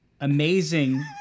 amazing